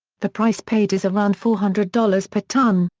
the price paid is around four hundred dollars per tonne,